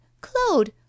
claude